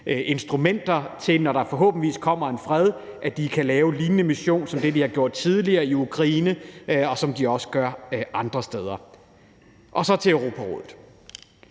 instrumenter til, når der forhåbentlig kommer fred, at de kan lave en lignende mission i Ukraine, som de tidligere har gjort, og sådan som de også gør andre steder. Så til Europarådet.